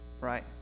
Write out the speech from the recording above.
right